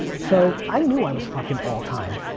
so, i knew i was fucking, all time.